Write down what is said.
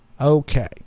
Okay